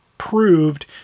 proved